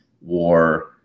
war